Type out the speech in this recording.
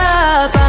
up